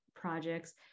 projects